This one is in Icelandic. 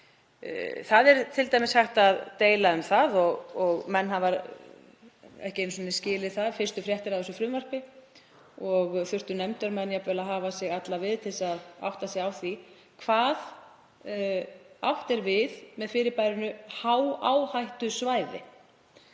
Til dæmis er hægt að deila um það, og menn hafa ekki einu sinni skilið fyrstu fréttir af þessu frumvarpi, og þurftu nefndarmenn jafnvel að hafa sig alla við til að átta sig á því, hvað átt er við með fyrirbærinu hááhættusvæði.